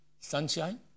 sunshine